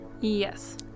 Yes